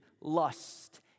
lust